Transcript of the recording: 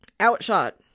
outshot